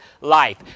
life